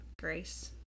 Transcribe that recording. grace